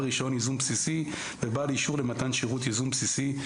רישיון ייזום בסיסי ובעל אישור למתן שירות יזום בסיסי.